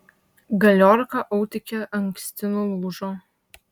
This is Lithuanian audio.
galiorka autike anksti nulūžo